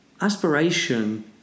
aspiration